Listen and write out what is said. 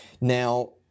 Now